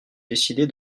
décider